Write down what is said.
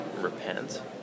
repent